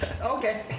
Okay